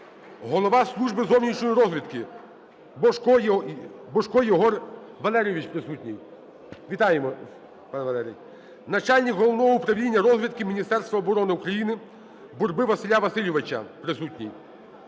Голова Служби зовнішньої розвідки Божок Єгор Валерійович присутній. Вітаємо, пане Валерій! Начальник Головного управління розвідки Міністерства оброни України Бурба Василя Васильовича, присутній.